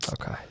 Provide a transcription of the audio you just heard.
okay